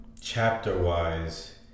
chapter-wise